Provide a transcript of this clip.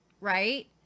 Right